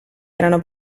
erano